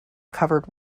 covered